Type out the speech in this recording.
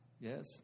Yes